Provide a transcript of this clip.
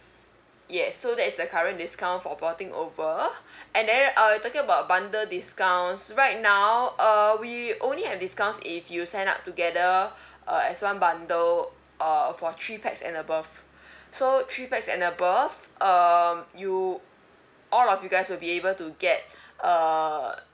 yes so that is the current discount for porting over and then uh talking about bundle discounts right now uh we only have discounts if you sign up together uh as one bundle uh for three pax and above so three pax and above um you all of you guys will be able to get uh